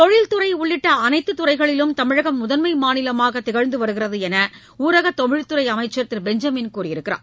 தொழில் துறை உள்ளிட்ட அனைத்தத் துறைகளிலும் தமிழகம் முதன்மை மாநிலமாக திகழ்ந்து வருகிறது என்று ஊரக தொழில் துறை அமைச்சர் திரு பெஞ்சமின் கூறியுள்ளார்